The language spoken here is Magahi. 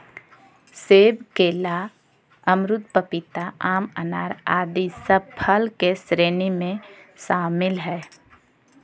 सेब, केला, अमरूद, पपीता, आम, अनार आदि सब फल के श्रेणी में शामिल हय